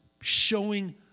showing